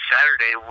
Saturday